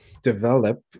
develop